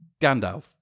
Gandalf